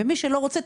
מי שלא רוצה,